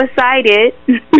excited